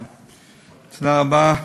תודה רבה.